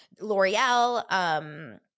L'Oreal